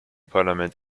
parlament